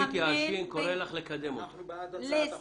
אנחנו בעד הצעת החוק.